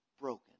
broken